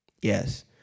yes